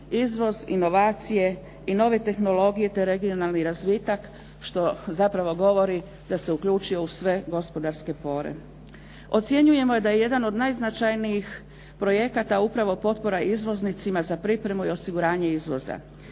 izvoz, inovacije i nove tehnologije te regionalni razvitak što zapravo govori da se uključio u sve gospodarske pore. Ocjenjujemo da je jedan od najznačajnijih projekta upravo potpora izvoznicima za pripremu i osiguranje izvoza.